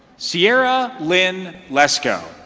sierra lynn lesko